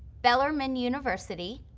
bellarmine university,